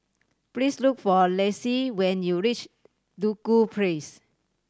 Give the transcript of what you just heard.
please look for Lacie when you reach Duku Place